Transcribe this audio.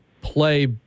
play